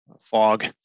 fog